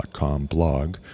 blog